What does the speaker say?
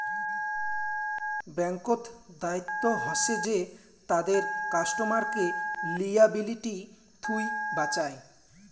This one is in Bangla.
ব্যাঙ্ক্ত দায়িত্ব হসে যে তাদের কাস্টমারকে লিয়াবিলিটি থুই বাঁচায়